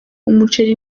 umuceri